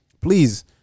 Please